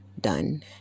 done